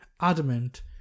Adamant